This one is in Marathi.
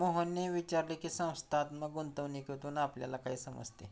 मोहनने विचारले की, संस्थात्मक गुंतवणूकीतून आपल्याला काय समजते?